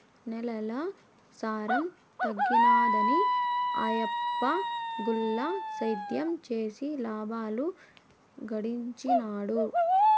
నేలల సారం తగ్గినాదని ఆయప్ప గుల్ల సేద్యం చేసి లాబాలు గడించినాడు